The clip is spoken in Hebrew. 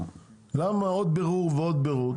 למה עוד בירור ועוד בירור?